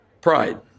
Pride